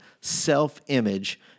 self-image